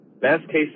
Best-case